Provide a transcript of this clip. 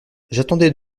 j’attendais